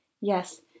Yes